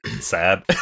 Sad